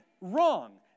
wrong